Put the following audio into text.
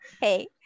hey